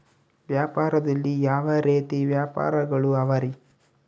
ವ್ಯಾಪಾರದಲ್ಲಿ ಯಾವ ರೇತಿ ವ್ಯಾಪಾರಗಳು ಅವರಿ?